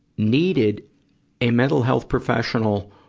needed a mental health professional,